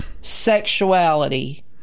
Sexuality